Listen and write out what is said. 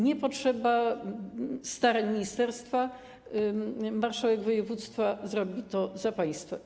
Nie potrzeba starań ministerstwa, marszałek województwa zrobi to za państwo.